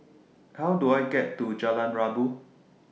How Do I get to Jalan Rabu